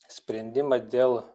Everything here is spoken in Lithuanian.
sprendimą dėl